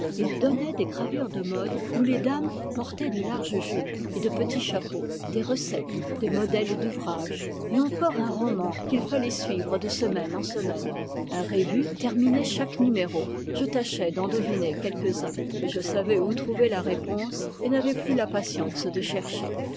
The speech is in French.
il donnait des gravures de mode où les dames portaient de larges jupes et de petits chapeaux des recettes des modèles d'ouvrages et encore un roman qu'il fallait suivre de semaine en semaine un rébus terminait chaque numérô je tâchais d'en deviner quelques-uns mais je savais où trouver la réponse et n'avais plus la patience de chercher